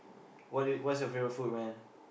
what what's your favorite food man